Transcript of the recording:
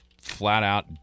flat-out